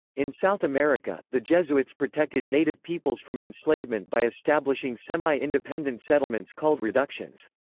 in south america, the jesuits protected native peoples from enslavement by establishing semi-independent settlements called reductions.